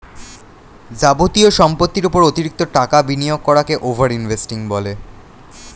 যাবতীয় সম্পত্তির উপর অতিরিক্ত টাকা বিনিয়োগ করাকে ওভার ইনভেস্টিং বলে